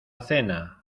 cena